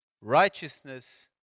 righteousness